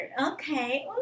Okay